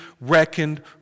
reckoned